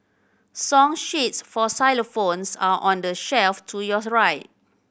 song sheets for xylophones are on the shelf to yours right